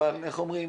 אבל איך אומרים?